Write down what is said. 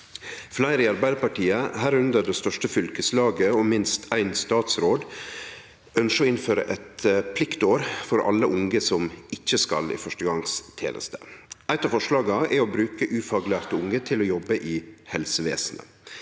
«Fleire i Arbeidarpartiet, herunder det største fylkeslaget og minst éin statsråd, ønskjer å innføre eit pliktår for alle unge som ikkje skal i førstegangsteneste. Eitt av forslaga er å bruke ufaglærte unge til å jobbe i helsevesenet.